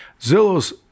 Zillow's